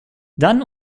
dann